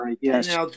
Yes